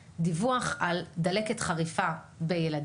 חלקן נמצאות בשלב